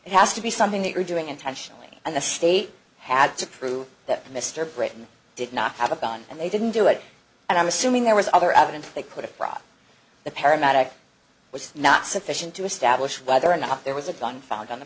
it has to be something that you're doing intentionally and the state had to prove that mr britain did not have a gun and they didn't do it and i'm assuming there was other evidence they could have brought the paramedic was not sufficient to establish whether or not there was a